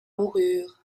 moururent